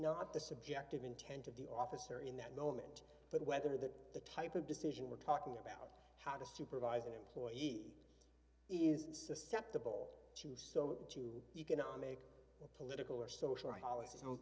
not the subjective intent of the officer in that moment but whether that the type of decision we're talking about how to supervise an employee is susceptible to so to economic or political or social h